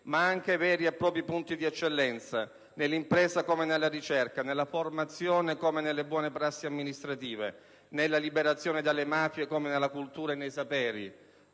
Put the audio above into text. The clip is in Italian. ma anche veri e propri punti di eccellenza, nell'impresa come nella ricerca, nella formazione di eccellenza come nelle buone prassi amministrative, nella liberazione dalle mafie come nella cultura e nei saperi.